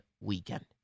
weekend